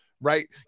Right